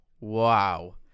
Wow